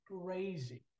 crazy